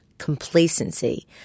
complacency